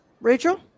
Rachel